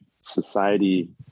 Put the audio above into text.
society